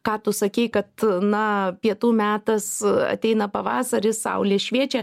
ką tu sakei kad na pietų metas ateina pavasaris saulė šviečia